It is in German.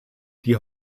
die